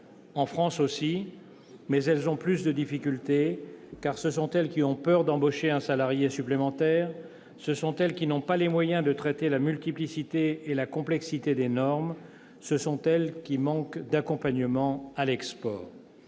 En France aussi, mais elles subissent davantage de difficultés, car ce sont elles qui ont peur d'embaucher un salarié supplémentaire, ce sont elles qui n'ont pas les moyens de traiter la multiplicité et la complexité des normes, ce sont elles qui manquent d'accompagnement à l'export.